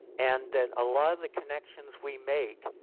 and that a lot of the connections we make,